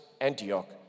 Antioch